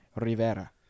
Rivera